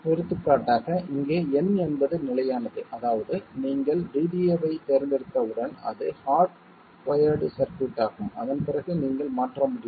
எடுத்துக்காட்டாக இங்கே n என்பது நிலையானது அதாவது நீங்கள் DDAவைத் தேர்ந்தெடுத்தவுடன் அது ஹார்ட் வயர்ட் சர்க்யூட் ஆகும் அதன் பிறகு நீங்கள் மாற்ற முடியாது